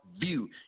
view